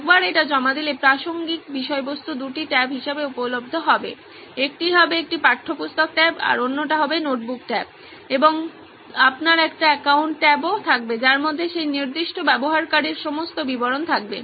একবার এটি জমা দিলে প্রাসঙ্গিক বিষয়বস্তু দুটি ট্যাব হিসাবে উপলব্ধ হবে একটি হবে একটি পাঠ্যপুস্তক ট্যাব এবং অন্যটি হবে একটি নোটবুক ট্যাব এবং আপনার একটি অ্যাকাউন্ট ট্যাবও থাকবে যার মধ্যে সেই নির্দিষ্ট ব্যবহারকারীর সমস্ত বিবরণ থাকবে